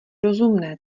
rozumné